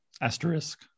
Asterisk